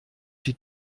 die